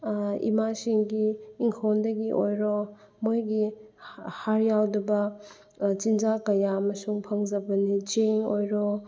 ꯏꯃꯥꯁꯤꯡꯒꯤ ꯏꯪꯈꯣꯜꯗꯒꯤ ꯑꯣꯏꯔꯣ ꯃꯣꯏꯒꯤ ꯍꯥꯔ ꯌꯥꯎꯗꯕ ꯆꯤꯟꯖꯥꯛ ꯀꯌꯥ ꯑꯃꯁꯨ ꯐꯪꯖꯕꯅꯤ ꯆꯦꯡ ꯑꯣꯏꯔꯣ